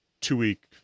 two-week